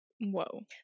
Whoa